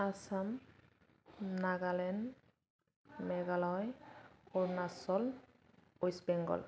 Assam Nagaland Meghalaya Arunachal West Bengal